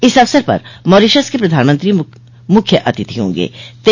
इस अवसर पर मॉरीशस के प्रधानमंत्री मुख्य अतिथि होंगे